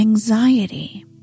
Anxiety